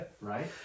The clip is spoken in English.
right